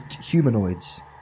humanoids